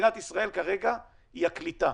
במדינת ישראל כרגע היא הקליטה,